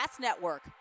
Network